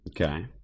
Okay